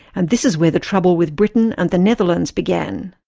and this is where the trouble with britain and the netherlands began.